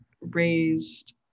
raised